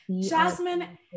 Jasmine